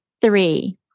three